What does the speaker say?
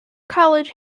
college